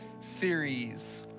Series